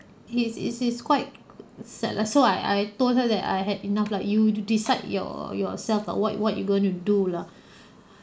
is is is quite sad lah so I I told her that I had enough lah you decide your yourself lah what you what you going to do lah